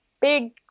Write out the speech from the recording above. big